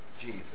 Jesus